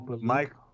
mike